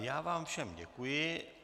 Já vám všem děkuji.